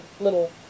little